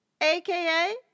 aka